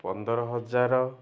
ପନ୍ଦର ହଜାର